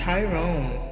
Tyrone